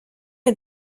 est